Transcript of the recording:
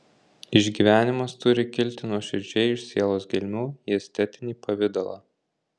išgyvenimas turi kilti nuoširdžiai iš sielos gelmių į estetinį pavidalą